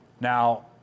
Now